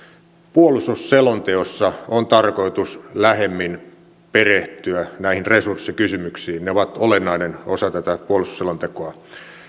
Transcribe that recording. puolustusselonteossa on tarkoitus lähemmin perehtyä näihin resurssikysymyksiin ne ovat olennainen osa tätä puolustusselontekoa